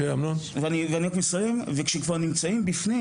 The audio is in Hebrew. אני רק מסיים כשכבר נמצאים בפנים